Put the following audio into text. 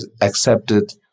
accepted